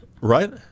Right